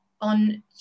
on